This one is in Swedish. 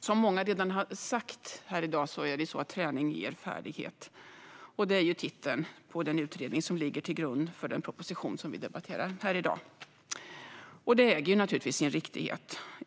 Som många redan har sagt här i dag är det så att träning ger färdighet. Träning ger färdighet är också titeln på den utredning som ligger till grund för den proposition vi debatterar här i dag. Detta äger naturligtvis sin riktighet.